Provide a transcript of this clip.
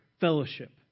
fellowship